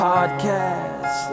Podcast